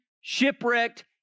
shipwrecked